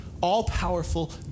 all-powerful